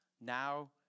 now